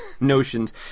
notions